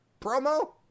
promo